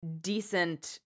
decent